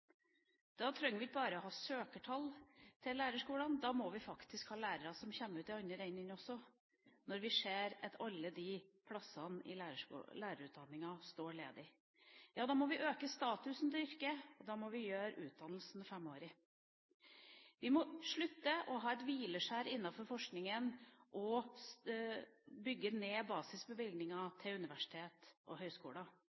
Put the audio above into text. Da trenger vi ikke bare å ha søkertall til lærerskolene. Vi må faktisk ha lærere som kommer ut i den andre enden også, når vi ser alle de plassene i lærerutdanninga som står ledige. Ja, vi må øke statusen til yrket, og da må vi gjøre utdanninga femårig. Vi må slutte å ha et hvileskjær innenfor forskinga og bygge ned